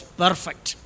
perfect